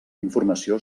informació